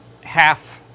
half